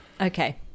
Okay